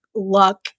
Luck